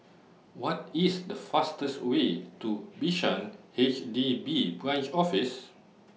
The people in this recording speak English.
What IS The fastest Way to Bishan H D B Branch Office